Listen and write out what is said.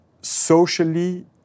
socially